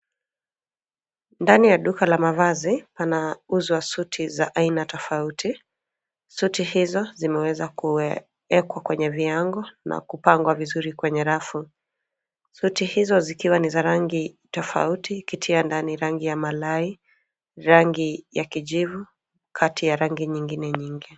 Ndani ya duka la mavazi panauzwa suti za aina tofauti. Suti hizo zimeweza kuwekwa kwenye viango na kupangwa vizuri kwenye rafu. Suti hizo zikiwa ni as rangi tofauti, rangi ya malai, rangi ya kijivu kati ya rangi nyingine nyingi.